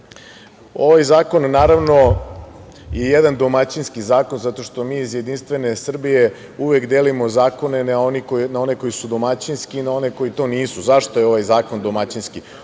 EU.Ovaj zakon naravno je jedan domaćinski zakon zato što mi iz JS uvek delimo zakone na one koji su domaćinski i na one koji to nisu. Zašto je ovaj zakon domaćinski?